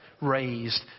raised